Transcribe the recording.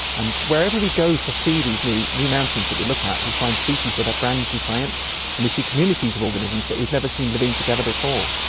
and wherever we go to see these new new mountains that we look at, we find species that are brand new to science and we see communities of organisms that we've never seen living together before.